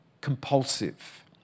compulsive